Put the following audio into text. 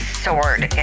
sword